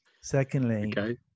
secondly